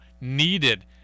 needed